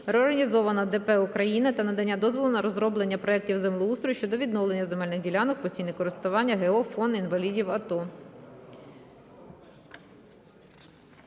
реорганізованого ДП "Україна" та надання дозволу на розроблення проектів землеустрою щодо відведення земельних ділянок в постійне користування ГО "Фонд інвалідів АТО".